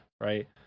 Right